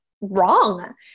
wrong